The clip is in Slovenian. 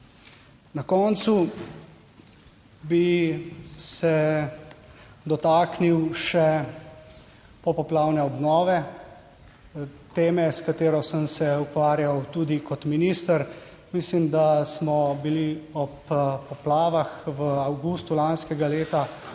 Na koncu bi se dotaknil še popoplavne obnove, teme, s katero sem se ukvarjal tudi kot minister. Mislim, da smo bili ob poplavah v avgustu lanskega leta